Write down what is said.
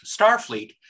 Starfleet